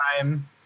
time